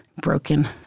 broken